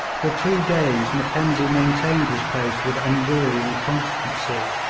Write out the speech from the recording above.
for two days mackenzie maintained his post with unwearying constancy.